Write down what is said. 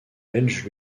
belge